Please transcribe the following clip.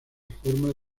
formas